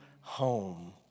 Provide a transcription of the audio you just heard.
home